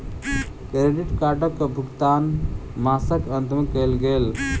credit कार्डक भुगतान मासक अंत में कयल गेल